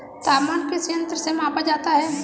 तापमान किस यंत्र से मापा जाता है?